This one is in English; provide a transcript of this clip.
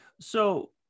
so-